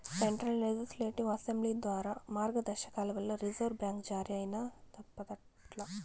central legislative assembly ద్వారా మార్గదర్శకాల వల్ల రిజర్వు బ్యాంక్ జారీ అయినాదప్పట్ల